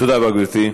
תודה רבה, גברתי.